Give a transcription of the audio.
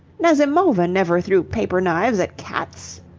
nazimova never threw paper-knives at cats.